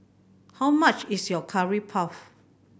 how much is Curry Puff